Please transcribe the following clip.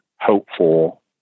hopeful